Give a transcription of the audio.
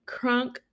Crunk